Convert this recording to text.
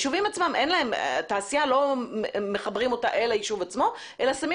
לא מחברים את התעשייה ליישוב עצמו אלא שמים